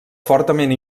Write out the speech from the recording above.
fortament